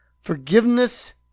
Forgiveness